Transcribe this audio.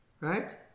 right